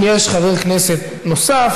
אם יש חבר כנסת נוסף,